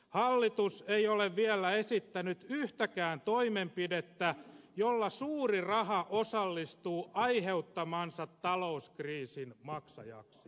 hallitus ei ole vielä esittänyt yhtäkään toimenpidettä jolla suuri raha osallistuu aiheuttamansa talouskriisin maksajaksi